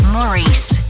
Maurice